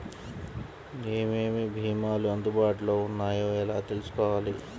ఏమేమి భీమాలు అందుబాటులో వున్నాయో ఎలా తెలుసుకోవాలి?